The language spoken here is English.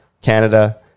Canada